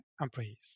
employees